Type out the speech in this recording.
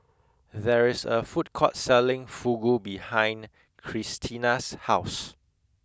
there is a food court selling Fugu behind Krystina's house